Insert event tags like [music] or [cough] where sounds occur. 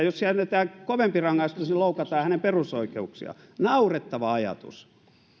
[unintelligible] jos jätetään kovempi rangaistus niin loukataan hänen perusoikeuksiaan naurettava ajatus